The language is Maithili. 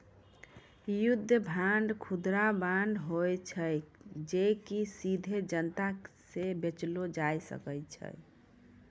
युद्ध बांड, खुदरा बांड होय छै जे कि सीधे जनता के बेचलो जाय छै